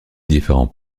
différents